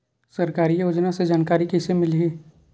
सरकारी योजना के जानकारी कइसे मिलही?